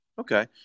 Okay